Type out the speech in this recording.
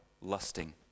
lusting